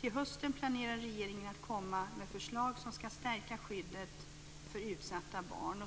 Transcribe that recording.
Till hösten planerar regeringen att komma med förslag som ska stärka skyddet för utsatta barn.